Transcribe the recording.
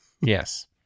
Yes